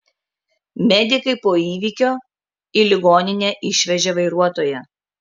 medikai po įvykio į ligoninę išvežė vairuotoją